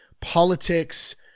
politics